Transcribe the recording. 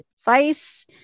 advice